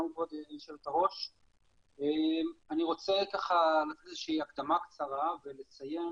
אני רוצה לתת הקדמה קצרה ולציין